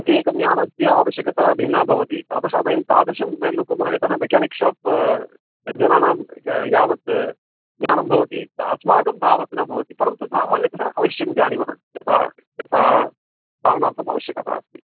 प्रत्येकं यानस्य आवश्यकता भिन्ना भवति अतः वयं तादृशं वयं न कुर्मः यतः मेकानिक् शाप् यत् जनानां यावत् ज्ञानं भवति अस्माकं तावत् न भवति परन्तु सामान्यतः अवश्यं जानीमः यथा यथा चालनार्थम् आवश्यकता अस्ति